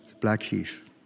Blackheath